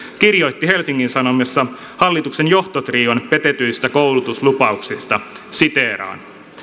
kirjoitti helsingin sanomissa hallituksen johtotrion petetyistä koulutuslupauksista siteeraan